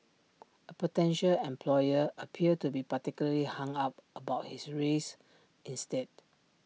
A potential employer appeared to be particularly hung up about his race instead